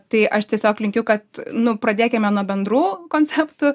tai aš tiesiog linkiu kad nu pradėkime nuo bendrų konceptų